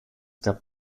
gab